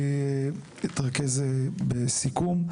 אני אתרכז בסיכום.